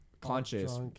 conscious